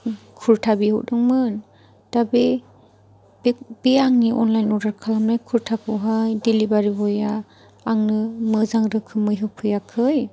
कुरटा बिहरदोंमोन दा बे बे आंनि अनलाइन अरदार खालामनाय कुरटाखौहाय डेलिभारि बया आंनो मोजां रोखोमै होफैयाखै